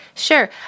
Sure